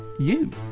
you.